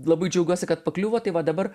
labai džiaugiuosi kad pakliuvo tai va dabar